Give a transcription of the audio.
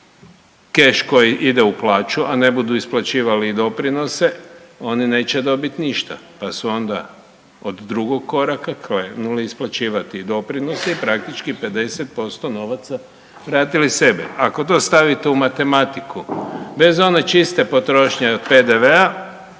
keš koji ide u plaću a ne budu isplaćivali i doprinose oni neće dobiti ništa, pa su onda od drugog koraka koji je morao isplaćivati i doprinose i praktički 50% novaca vratili sebi. Ako to stavite u matematiku bez one čiste potrošnje od PDV-a